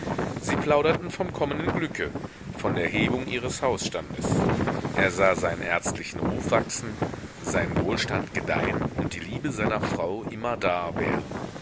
sie plauderten vom kommenden glücke von der hebung ihres hausstandes er sah seinen ärztlichen ruf wachsen seinen wohlstand gedeihen und die liebe seiner frau immerdar währen